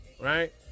right